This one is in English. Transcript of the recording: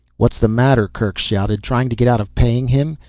what's the matter, kerk shouted, trying to get out of paying him?